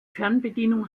fernbedienung